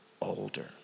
older